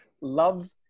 love